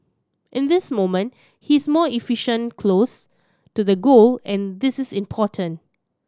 in this moment he is more efficient close to the goal and this is important